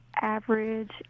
average